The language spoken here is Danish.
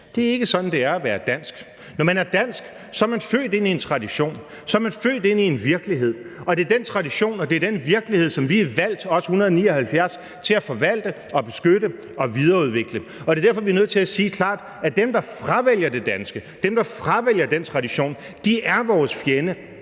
det er ikke sådan, det er at være dansk. Når man er dansk, så er man født ind i en tradition; så er man født ind i en virkelighed. Og det er den tradition, og det er den virkelighed, som vi, os 179 folketingsmedlemmer, er valgt til at beskytte, forvalte og videreudvikle. Og det er derfor, vi er nødt til at sige klart, at det er dem, der fravælger det danske, dem, der fravælger den tradition, der er vores fjende,